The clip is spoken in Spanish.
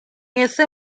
ese